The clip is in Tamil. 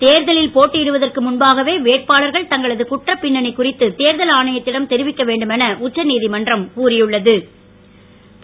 தேர்தலில் போட்டியிடுவதற்கு முன்பாகவே வேட்பாளர்கள் தங்களது குற்றப் பின்னணி குறித்து தேர்தல் ஆணையத்திடம் தெரிவிக்க வேண்டும் என உச்சநீதிமன்றம் கூறியுள்ள து